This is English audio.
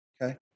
Okay